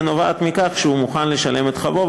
אלא נובעת מכך שהוא מוכן לשלם את חובו,